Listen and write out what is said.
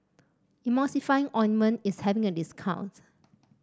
Emulsying Ointment is having a discount